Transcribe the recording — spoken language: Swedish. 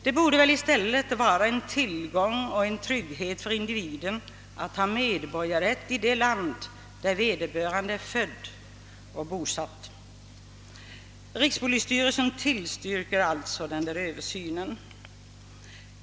Det borde väl i stället vara en tillgång och en trygghet för individen att ha medborgarrätt i det land där vederbörande är född och bosatt. Rikspolisstyrelsen tillstyrker alltså denna Översyn.